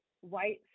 white